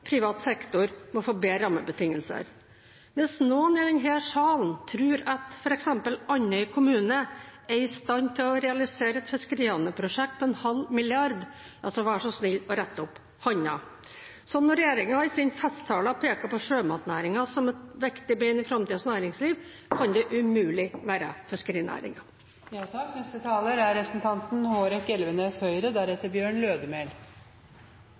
privat sektor må få bedre rammebetingelser. Hvis noen i denne salen tror at f.eks. Andøy kommune er i stand til å realisere et fiskerihavneprosjekt på en halv milliard, ja så vær så snill å rekke opp hånda. Så når regjeringen i sine festtaler peker på sjømatnæringen som et viktig bein i framtidens næringsliv, kan det umulig være fiskerinæringen. Ja – til representanten